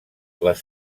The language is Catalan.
les